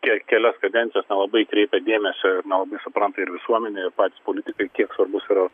ke kelias kadencijas nelabai kreipia dėmesio ir nelabai supranta ir visuomenė ir patys politikai kiek svarbus yra